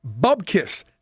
Bubkiss